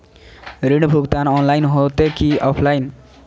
ऋण भुगतान ऑनलाइन होते की ऑफलाइन?